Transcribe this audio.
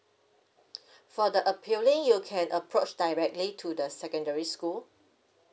for the appealing you can approach directly to the secondary school